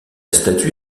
statue